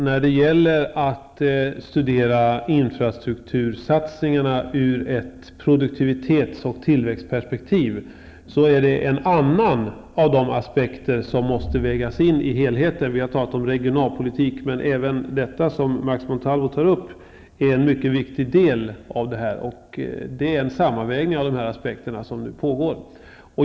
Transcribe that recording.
Herr talman! Produktivitets och tillväxtperspektivet på infrastruktursatsningarna är en annan av de aspekter som måste vägas in i helheten. Vi har talat om regionalpolitik, men även detta som Max Montalvo tar upp är en mycket viktig del, och det är en sammanvägning av de här aspekterna som nu pågår.